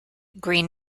green